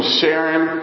sharing